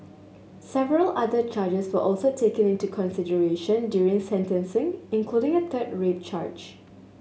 several other charges were also taken into consideration during sentencing including a third rape charge